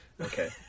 Okay